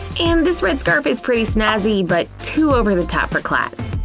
and this red scarf is pretty snazzy but too over the top for class.